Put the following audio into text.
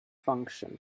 function